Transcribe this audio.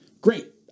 Great